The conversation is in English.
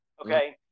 Okay